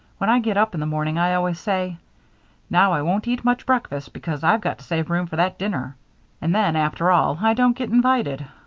when i get up in the morning i always say now i won't eat much breakfast because i've got to save room for that dinner' and then, after all, i don't get invited.